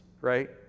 right